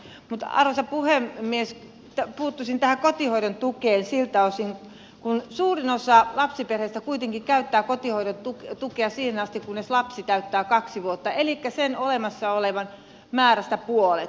mutta arvoisa puhemies puuttuisin tähän kotihoidon tukeen siltä osin kun suurin osa lapsiperheistä kuitenkin käyttää kotihoidon tukea siihen asti kunnes lapsi täyttää kaksi vuotta elikkä sen olemassa olevasta määrästä puolet